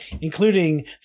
including